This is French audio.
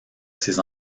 ces